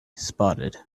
spotted